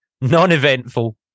Non-eventful